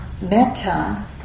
Metta